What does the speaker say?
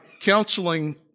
counseling